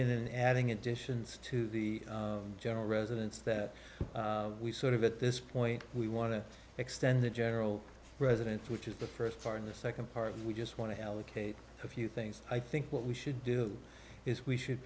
in and adding additions to the general residence that we sort of at this point we want to extend the general residence which is the first part of the second part and we just want to allocate a few things i think what we should do is we should